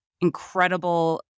incredible